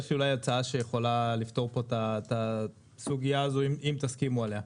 יש לי אולי הצעה שיכולה לפתור פה את הסוגייה הזו אם תסכימו עליה.